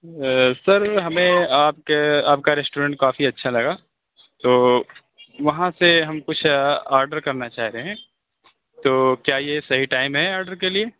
سر ہمیں آپ کے آپ کا ریسٹورینٹ کافی اچھا لگا تو وہاں سے ہم کچھ آڈر کرنا چاہ رہے ہیں تو کیا یہ صحیح ٹائم ہے آڈر کے لیے